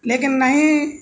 لیکن نہیں